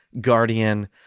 guardian